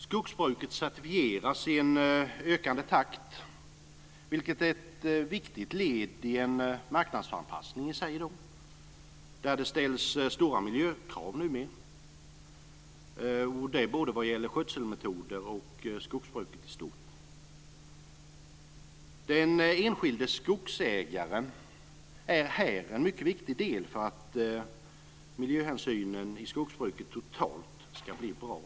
Skogsbruket certifieras i en ökande takt, vilket är ett viktigt led i en marknadsanpassning i Sverige i dag. Det ställs numera stora miljökrav. Det gäller både skötselmetoder och skogsbruket i stort. Den enskilde skogsägaren är här en mycket viktig del för att miljöhänsynen i skogsbruket totalt ska bli bra.